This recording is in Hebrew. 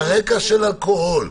על הרקע של אלכוהול.